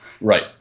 Right